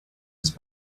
his